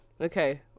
Okay